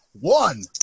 One